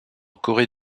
corée